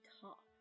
top